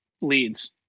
leads